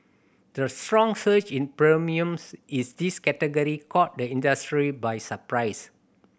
the strong surge in premiums is this category caught the industry by surprise